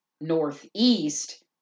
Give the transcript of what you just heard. northeast